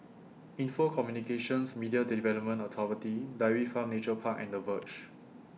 Info Communications Media Development Authority Dairy Farm Nature Park and The Verge